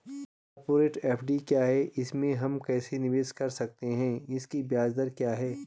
Corporate FD क्या है इसमें हम कैसे निवेश कर सकते हैं इसकी ब्याज दर क्या है?